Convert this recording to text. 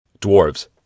Dwarves